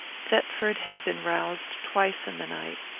thetford had been roused twice in the night,